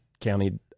county